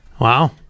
Wow